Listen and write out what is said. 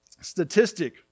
statistic